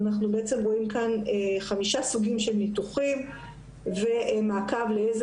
אנחנו רואים בשקף חמישה סוגים של ניתוחים ומעקב איזה